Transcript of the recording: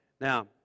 Now